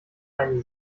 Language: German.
eine